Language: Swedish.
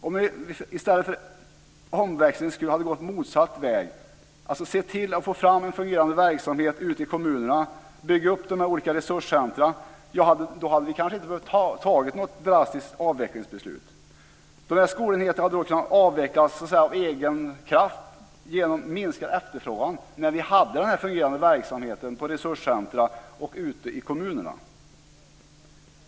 Om vi i stället för omväxlings skull hade kunnat gå motsatt väg, att se till att få fram en fungerande verksamhet ute i kommunerna, bygga upp olika resurscenter, då hade vi kanske inte behövt ta ett drastiskt avvecklingsbeslut. Den här skolenheten hade då kunnat avvecklas av egen kraft genom minskad efterfrågan och vi hade haft en fungerande verksamhet på resurscenter och ute i kommunerna.